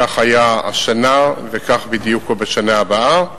כך היה השנה, וכך בדיוק הוא בשנה הבאה.